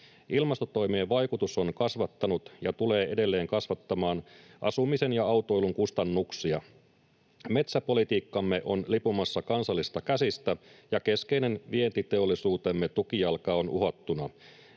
Ilmastotoimien vaikutus on kasvattanut ja tulee edelleen kasvattamaan asumisen ja autoilun kustannuksia. Metsäpolitiikkamme on lipumassa kansallisista käsistä, ja keskeinen vientiteollisuutemme tukijalka on uhattuna.